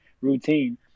routine